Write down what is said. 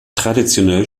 traditionell